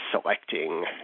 selecting